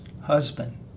husband